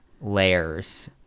layers